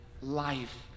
life